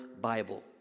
Bible